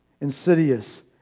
insidious